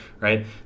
right